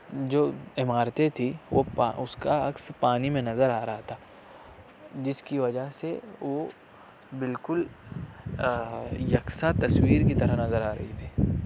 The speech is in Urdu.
جو عمارتیں تھیں وہ اس کا عکس پانی میں نظر آ رہا تھا جس کی وجہ سے وہ بالکل یکساں تصویر کی طرح نظر آ رہی تھی